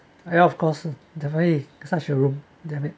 and of course definitely such a room damn it